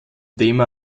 thema